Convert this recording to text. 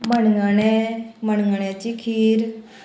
मणगणें मणगण्याची खीर